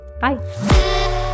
Bye